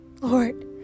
Lord